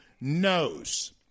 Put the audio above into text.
knows